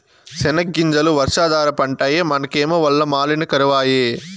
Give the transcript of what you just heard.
సెనగ్గింజలు వర్షాధార పంటాయె మనకేమో వల్ల మాలిన కరవాయె